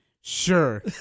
Sure